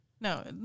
No